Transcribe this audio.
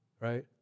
Right